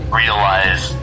realize